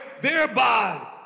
Thereby